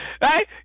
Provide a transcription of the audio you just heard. Right